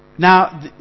Now